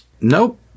Nope